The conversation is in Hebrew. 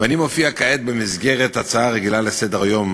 ואני מופיע כעת במסגרת הצעה רגילה לסדר-היום